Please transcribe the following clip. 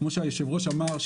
כמו שהיושב-ראש אמר,